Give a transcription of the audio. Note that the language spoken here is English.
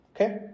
Okay